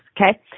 okay